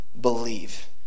believe